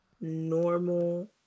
normal